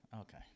Okay